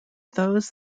those